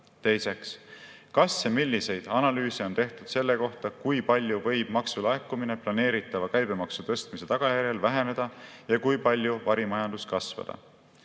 Teiseks, kas või milliseid analüüse on tehtud selle kohta, kui palju võib maksulaekumine planeeritava käibemaksu tõstmise tagajärjel väheneda ja kui palju varimajandus kasvada?